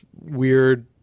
weird